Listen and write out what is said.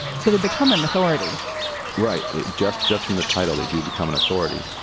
so they become an authority right. just just from the title, they do become an authority.